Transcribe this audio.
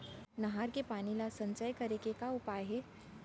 नहर के पानी ला संचय करे के का उपाय हे?